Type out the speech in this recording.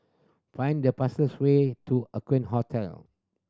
find the fastest way to Aqueen Hotel